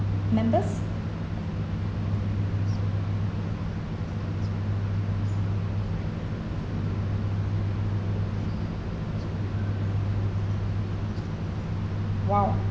members !wow!